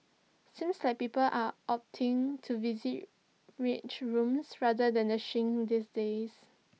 seems like people are opting to visit rage rooms rather than the shrink these days